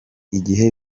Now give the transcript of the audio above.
n’igihe